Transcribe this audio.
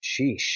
Sheesh